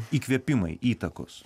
įkvėpimai įtakos